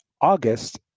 August